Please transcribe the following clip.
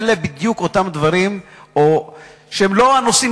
אלה בדיוק אותם דברים שהם לא הנושאים